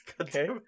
Okay